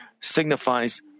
signifies